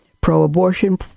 Pro-abortion